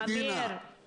המנגנון או המנגנון שלנו,